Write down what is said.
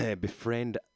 befriend